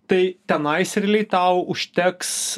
tai tenais realiai tau užteks